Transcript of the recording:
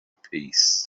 peace